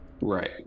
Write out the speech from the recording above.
right